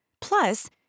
Plus